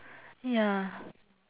ya